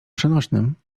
przenośnym